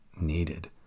needed